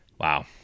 Wow